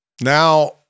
now